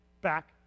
back